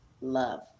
love